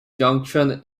junction